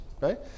Right